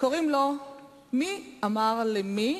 קוראים לו "מי אמר למי",